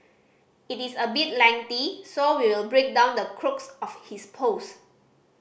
it is a bit lengthy so we will break down the crux of his post